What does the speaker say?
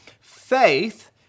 faith